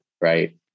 Right